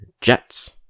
jets